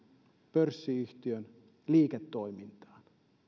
pörssiyhtiön liiketoimintaan